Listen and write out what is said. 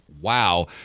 Wow